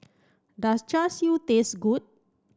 does Char Siu taste good